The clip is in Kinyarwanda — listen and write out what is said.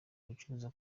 gucuruza